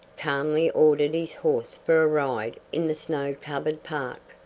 calmly ordered his horse for a ride in the snow-covered park.